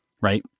Right